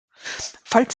falls